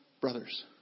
brothers